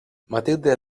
matilde